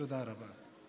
תודה רבה.